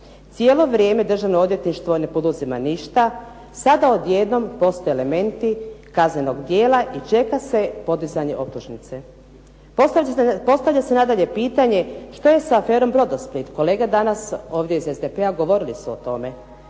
Cijelo vrijeme Državno odvjetništvo ne poduzima ništa. Sada odjednom postoje elementi kaznenog djela i čeka se podizanje optužnice. Postavlja se nadalje pitanje što je sa aferom "Brodosplit". Kolege danas ovdje iz SDP-a govorili su o tome.